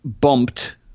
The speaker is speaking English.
bumped